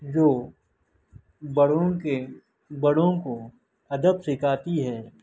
جو بڑوں کے بڑوں کو ادب سکھاتی ہے